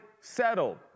settled